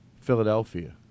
Philadelphia